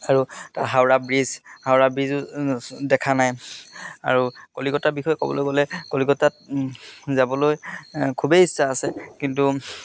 আৰু হাওৰা ব্ৰিজ হাওৰা ব্ৰিজো দেখা নাই আৰু কলিকতাৰ বিষয়ে ক'বলৈ গ'লে কলিকতাত যাবলৈ খুবেই ইচ্ছা আছে কিন্তু